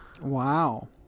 Wow